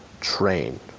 train